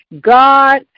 God